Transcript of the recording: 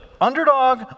underdog